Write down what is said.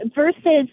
versus